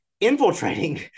infiltrating